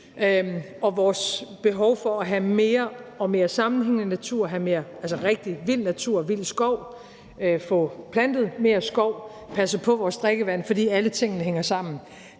og vores behov for at have mere og mere sammenhængende natur, altså at have rigtig vild natur og vild skov, at få plantet mere skov, at passe på vores drikkevand, for alle tingene hænger sammen.